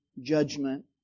judgment